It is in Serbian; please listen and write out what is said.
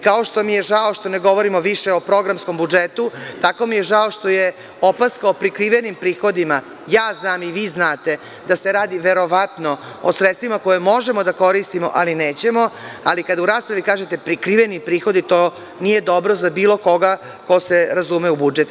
Kao što mi je žao što ne govorimo više o programskom budžetu, tako mi je žao što je opaska o prikrivenim prihodima, ja znam i vi znate da se radi verovatno o sredstvima koja možemo da koristimo, ali nećemo, a kada u raspravi kažete prikriveni prihodi, to nije dobro za bilo koga ko se razume u budžet.